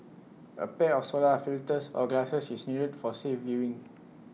A pair of solar filters or glasses is needed for safe viewing